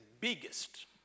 biggest